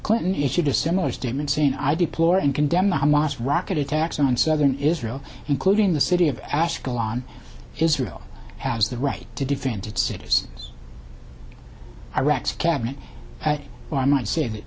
clinton issued a similar statement seen i deplore and condemn the hamas rocket attacks on southern israel including the city of ashkelon israel has the right to defend its citizens iraq's cabinet or i might say that